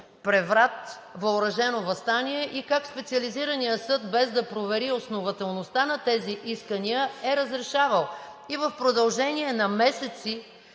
преврат, въоръжено въстание и как Специализираният съд, без да провери основателността на тези искания, е разрешавал и в продължение на месеци